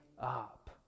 up